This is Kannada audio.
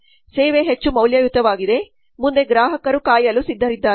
ಸೇವೆ ಹೆಚ್ಚು ಮೌಲ್ಯಯುತವಾಗಿದೆ ಮುಂದೆ ಗ್ರಾಹಕರು ಕಾಯಲು ಸಿದ್ಧರಿದ್ದಾರೆ